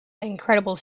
incredible